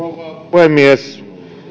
puhemies